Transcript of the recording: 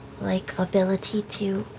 like, ability to